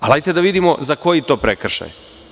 Ali, hajde da vidimo za koji je to prekršaj.